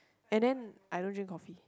and then I don't drink coffee